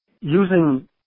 using